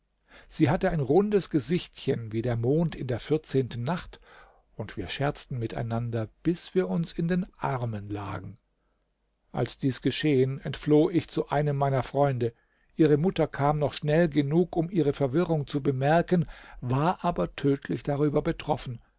sie hatte ein rundes gesichtchen wie der mond in der vierzehnten nacht und wir scherzten miteinander bis wir uns in den armen lagen als dies geschehen entfloh ich zu einem meiner freunde ihre mutter kam noch schnell genug um ihre verwirrung zu bemerken war aber tödlich darüber betroffen